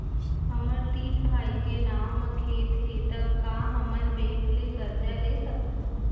हमर तीन भाई के नाव म खेत हे त का हमन बैंक ले करजा ले सकथन?